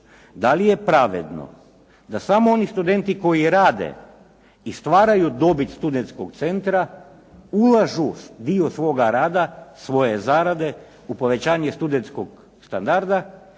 da li je pravedno da samo oni studenti koji rade i stvaraju dobit Studentskog centra ulažu dio svoga rada, svoje zarade u povećanje studentskog standarda,